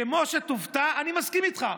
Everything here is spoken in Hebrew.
"כמו שתופתע, אני מסכים איתך.